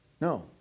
No